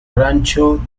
rancho